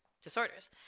disorders